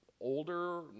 older